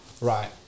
right